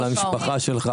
על המשפחה שלך,